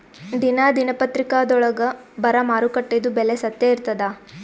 ದಿನಾ ದಿನಪತ್ರಿಕಾದೊಳಾಗ ಬರಾ ಮಾರುಕಟ್ಟೆದು ಬೆಲೆ ಸತ್ಯ ಇರ್ತಾದಾ?